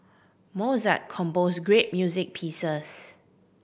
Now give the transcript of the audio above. Mozart composed great music pieces